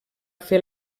fer